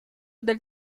del